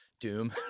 doom